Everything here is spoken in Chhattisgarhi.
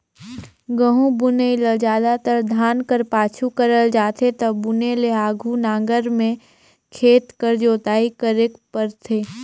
गहूँ बुनई ल जादातर धान कर पाछू करल जाथे ता बुने ले आघु नांगर में खेत कर जोताई करेक परथे